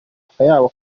akayabo